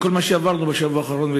עם כל מה שעברנו בשבוע האחרון,